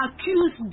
accused